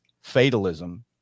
fatalism